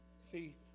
See